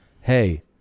Hey